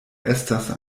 estas